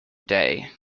day